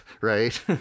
right